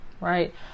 right